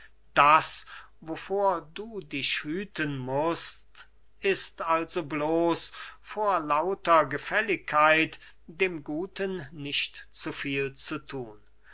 das wovor du dich hüten mußt ist also bloß vor lauter gefälligkeit dem guten nicht zu viel zu thun